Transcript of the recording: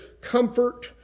comfort